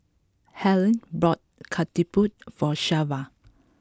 Halle bought Ketupat for Shelva